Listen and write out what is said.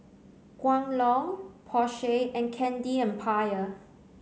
Kwan Loong Porsche and Candy Empire